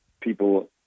people